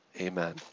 Amen